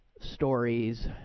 stories